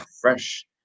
fresh